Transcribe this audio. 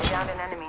hundred and i mean